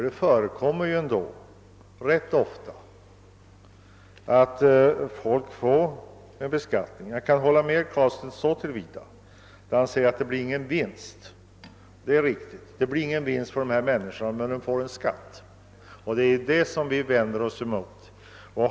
Det förekommer dock ganska ofta att de blir beskattade. Jag kan hålla med herr Carlstein när han säger att det inte uppstår någon vinst för dessa människor, men de blir beskattade och det vänder vi oss mot.